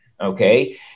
okay